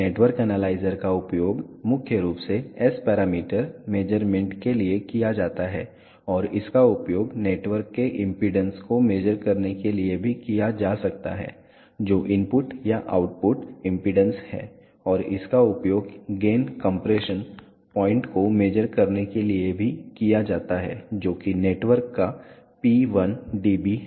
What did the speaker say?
network analyser का उपयोग मुख्य रूप से एस पैरामीटर मेज़रमेंट के लिए किया जाता है और इसका उपयोग नेटवर्क के इम्पीडेन्स को मेज़र करने के लिए भी किया जा सकता है जो इनपुट या आउटपुट इम्पीडेन्स है और इसका उपयोग गेन कंप्रेशन पॉइंट को मेज़र करने के लिए भी किया जाता है जो कि नेटवर्क का P1 dB है